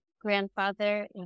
grandfather